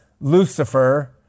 Lucifer